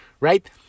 Right